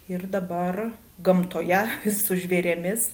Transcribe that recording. ir dabar gamtoje su žvėrimis